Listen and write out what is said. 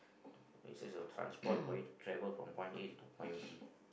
it's just a transport for you to travel from point A to point B